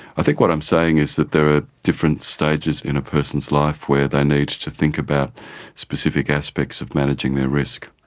i think what i'm saying is that there are different stages in a person's life where they need to think about specific aspects of managing their risk.